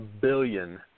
billion